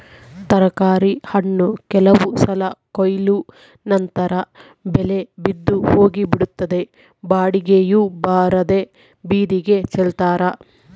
ತರಕಾರಿ ಹಣ್ಣು ಕೆಲವು ಸಲ ಕೊಯ್ಲು ನಂತರ ಬೆಲೆ ಬಿದ್ದು ಹೋಗಿಬಿಡುತ್ತದೆ ಬಾಡಿಗೆಯೂ ಬರದೇ ಬೀದಿಗೆ ಚೆಲ್ತಾರೆ